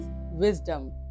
wisdom